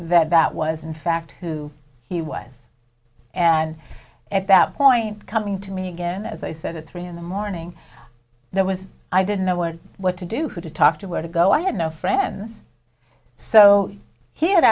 that that was in fact who he was and at that point coming to me again as i said it three in the morning there was i didn't know what what to do who to talk to where to go i had no friends so he had